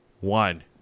one